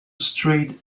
straight